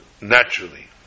Naturally